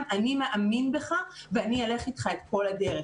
'אני מאמין בך ואני אלך איתך את כל הדרך'.